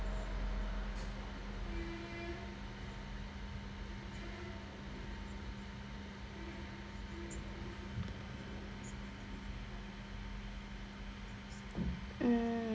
mm